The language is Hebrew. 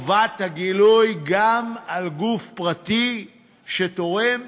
חובת הגילוי גם על גוף פרטי שתורם,